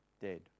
dead